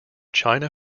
china